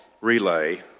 relay